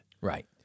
Right